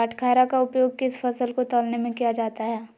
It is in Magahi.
बाटखरा का उपयोग किस फसल को तौलने में किया जाता है?